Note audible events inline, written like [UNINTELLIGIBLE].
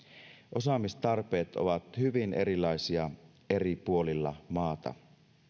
osaamistarpeet ovat [UNINTELLIGIBLE] hyvin erilaisia eri puolilla maata